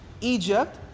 Egypt